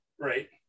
Right